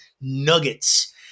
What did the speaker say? nuggets